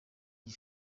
iyi